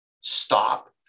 Stop